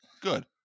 Good